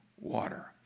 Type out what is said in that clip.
water